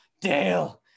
Dale